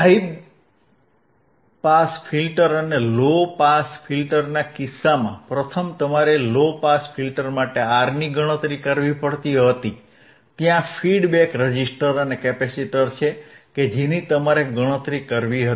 high pass filter અને low pass ફિલ્ટરના કિસ્સામાં પ્રથમ તમારે લો પાસ ફિલ્ટર માટે R ની ગણતરી કરવી પડતી હતી ત્યાં ફીડબેક રેઝીસ્ટર અને કેપેસિટર છે કે જેની તમારે ગણતરી કરવી હતી